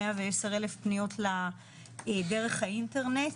110,000 פניות דרך האינטרנט,